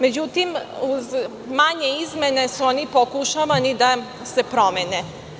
Međutim, uz manje izmene su oni pokušavani da se promene.